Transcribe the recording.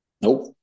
Nope